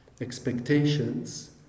expectations